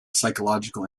psychological